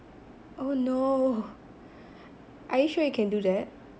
oh no are you sure you can do that